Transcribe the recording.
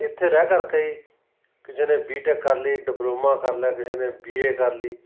ਇੱਥੇ ਰਹਿ ਕਰਕੇ ਕਿਸੇ ਨੇ ਬੀ ਟੈਕ ਕਰ ਲਈ ਡਿਪਲੋਮਾ ਕਰ ਲਿਆ ਕਿਸੇ ਨੇ ਬੀ ਏ ਕਰ ਲਈ